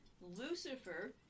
Lucifer